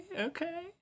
okay